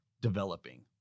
developing